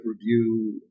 review